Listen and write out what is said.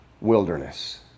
wilderness